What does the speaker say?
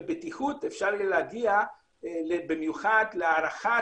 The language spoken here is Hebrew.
בבטיחות אפשר יהיה להגיע במיוחד להערכת